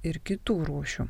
ir kitų rūšių